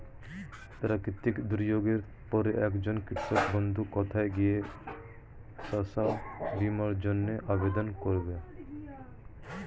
প্রাকৃতিক দুর্যোগের পরে একজন কৃষক বন্ধু কোথায় গিয়ে শস্য বীমার জন্য আবেদন করবে?